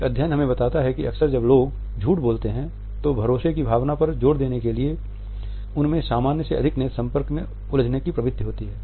एक अध्ययन हमें बताता है कि अक्सर जब लोग झूठ बोलते हैं तो भरोसे की भावना पर जोर देने के लिए उनमें सामान्य से अधिक नेत्र संपर्क में उलझने की प्रवृत्ति होती है